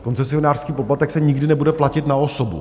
Koncesionářský poplatek se nikdy nebude platit na osobu.